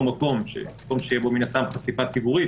מקום מקום שיש בו מן הסתם חשיפה ציבורית,